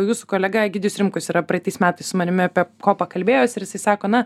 jūsų kolega egidijus rimkus yra praeitais metais su manimi apie kopą pakalbėjęs ir jisai sako na